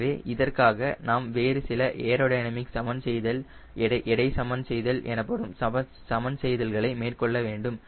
எனவே இதற்காக நாம் வேறு சில ஏரோடைனமிக் சமன் செய்தல் எடை சமன் செய்தல் எனப்படும் சமன் செய்தல்களை மேற்கொள்ள வேண்டும்